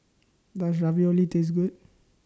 Does Ravioli Taste Good